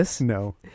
No